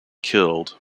killed